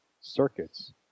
circuits